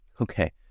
okay